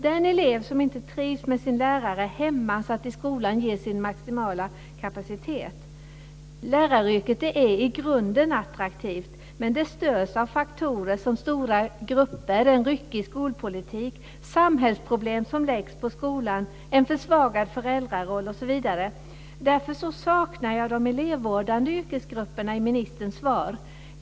Den elev som inte trivs med sin lärare hämmas att i skolan ge sin maximala kapacitet. Läraryrket är i grunden attraktivt, men störs av faktorer som stora grupper, en ryckig skolpolitik, samhällsproblem som läggs på skolan, en försvagad föräldraroll osv. Därför saknar jag de elevvårdande yrkesgrupperna i ministerns svar.